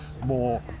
more